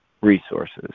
resources